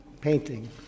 painting